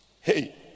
Hey